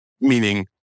Meaning